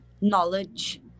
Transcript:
knowledge